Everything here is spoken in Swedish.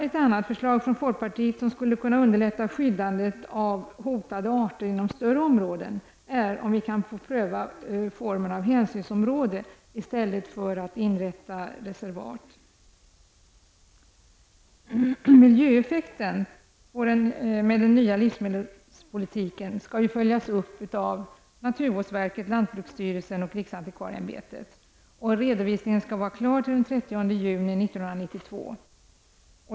Ett annat förslag från folkpartiet som skulle kunna underlätta skyddandet av hotade arter inom större områden är att pröva formen hänsynsområde i stället för att inrätta reservat. Miljöeffekterna av den nya livsmedelspolitiken skall följas upp av naturvårdsverket, lantbruksstyrelsen och riksantikvarieämbetet. En redovisning skall vara klar till den 30 juni 1992.